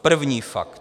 První fakt.